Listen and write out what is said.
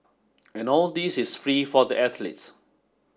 and all this is free for the athletes